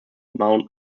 mount